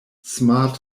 smart